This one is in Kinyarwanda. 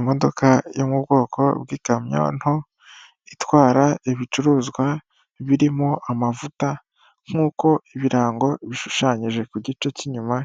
Imodoka yo mu bwoko bw'ikamyo nto itwara ibicuruzwa birimo amavuta nk'uko ibirango bishushanyije ku gice cy'inyuma